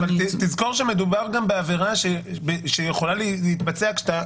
אבל תזכור שמדובר גם בעבירה שיכולה להתבצע כשאתה